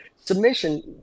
submission